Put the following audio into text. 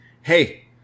hey